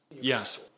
Yes